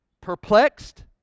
Perplexed